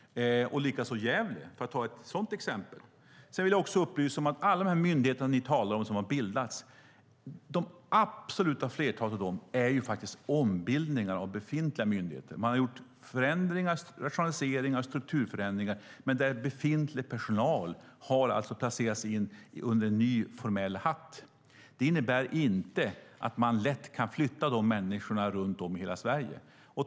Detsamma gäller Gävle, för att ta ett sådant exempel. Sedan vill jag också upplysa om att det absoluta flertalet av de myndigheter ni talar om har bildats faktiskt är ombildningar av befintliga myndigheter - man har gjort förändringar, rationaliseringar och strukturförändringar, men befintlig personal har placerats in under en ny formell hatt. Det innebär inte att man lätt kan flytta de människorna runt om i hela Sverige.